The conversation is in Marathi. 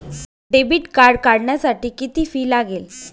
डेबिट कार्ड काढण्यासाठी किती फी लागते?